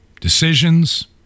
decisions